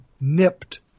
nipped